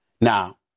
Now